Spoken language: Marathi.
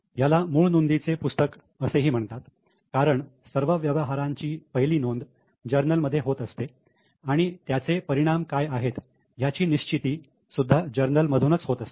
याला मूळ नोंदीचे पुस्तक असेही म्हणतात कारण सर्व व्यवहारांची पहिली नोंद जर्नल मध्ये होत असते आणि त्याचे परिणाम काय आहेत याची निश्चिती सुद्धा जर्नल मधूनच होत असते